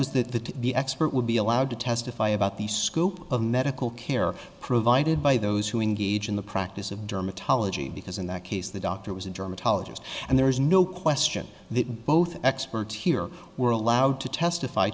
was that the expert would be allowed to testify about the scope of medical care provided by those who engage in the practice of dermatology because in that case the doctor was a dermatologist and there is no question that both experts here were allowed to testify